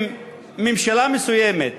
אם ממשלה מסוימת,